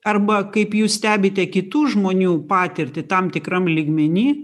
arba kaip jūs stebite kitų žmonių patirtį tam tikram lygmeny